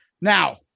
Now